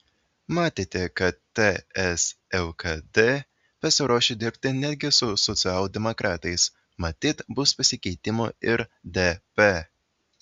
matėte kad ts lkd pasiruošę dirbti netgi su socialdemokratais matyt bus pasikeitimų ir dp